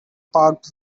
parked